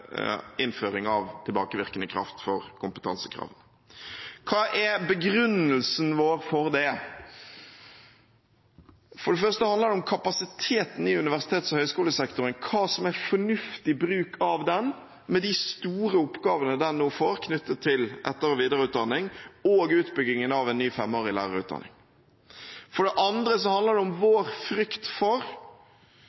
innføring av tilbakevirkende kraft for kompetansekrav. Hva er begrunnelsen vår for det? For det første handler det om kapasiteten i universitets- og høyskolesektoren – hva som er fornuftig bruk av den – med de store oppgavene den nå får knyttet til etter- og videreutdanning og utbyggingen av en ny femårig lærerutdanning. For det andre handler det om